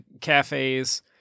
cafes